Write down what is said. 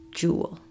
jewel